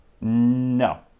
No